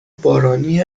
بارانی